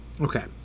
Okay